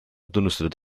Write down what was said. tunnustatud